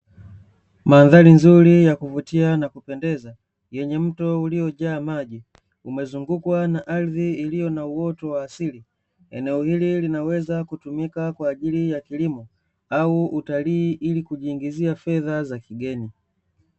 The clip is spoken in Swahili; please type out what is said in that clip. Mandhari nzuri ya kuvutia na kupendeza yenye mto uliojaa maji, umezungukwa na ardhi iliyo na uoto wa asili. Eneo hili linaweza kutumika kwa ajili ya kilimo au utalii ili kujiingizia fedha za kigeni.